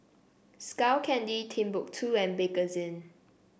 Skull Candy Timbuk two and Bakerzin